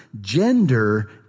Gender